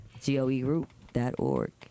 goegroup.org